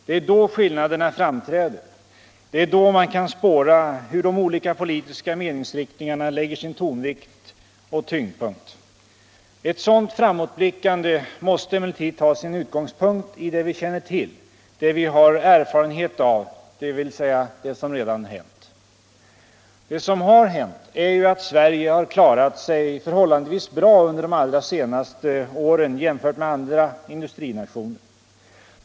Det är då skillnaderna framträder. Det är då man kan spåra hur de olika politiska meningsriktningarna lägger sin tonvikt och tyngdpunkt. Ett sådant framåtblickande måste emellertid ta sin utgångspunkt i det vi känner till, det vi har erfarenhet av, dvs. det som redan hänt. Det som har hänt är ju att Sverige har klarat sig förhållandevis bra under de allra senaste åren jämfört med andra industrinationer.